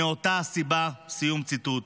מאותה סיבה", סיום ציטוט.